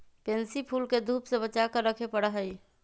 pansy फूल के धूप से बचा कर रखे पड़ा हई